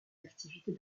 activités